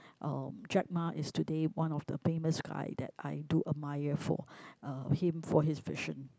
um Jack-Ma is today one of the famous guy that I do admire for uh him for his vision